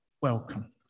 welcome